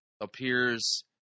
appears